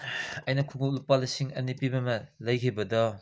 ꯑꯩꯅ ꯈꯣꯡꯎꯞ ꯂꯨꯄꯥ ꯂꯤꯁꯤꯡ ꯑꯅꯤ ꯄꯤꯕ ꯑꯃ ꯂꯩꯈꯤꯕꯗꯣ